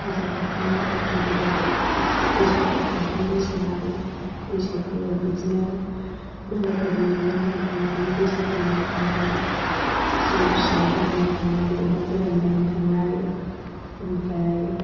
हाजो गाखोनाय बावखुंग्रियाव बैसागु फांसन मोसानाय बैसागुआव बिदिनो मालायफोरनि न' न' थांनानै बैसागु मागिनाय जौ फिसिनाय लोंनो थांनाय अमा गोरान जानो थांनाय ओमफ्राय